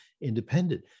independent